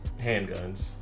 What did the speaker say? handguns